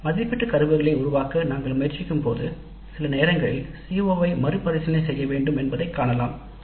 மாதிரி மதிப்பீட்டு உருப்படிகளை நாம் உருவாக்க முயற்சிக்கும்போது சில சமயங்களில் CO ஐ மறுபரிசீலனை செய்ய வேண்டியதை காண்கிறோம்